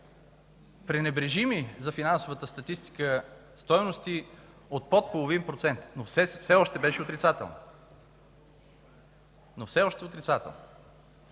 пренебрежими за финансовата статистика стойности от под половин процент, но все още беше отрицателно. В следващите